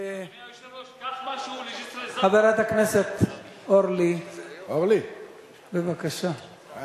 חברת הכנסת אורלי, בבקשה.